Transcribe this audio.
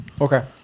Okay